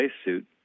spacesuit